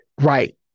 Right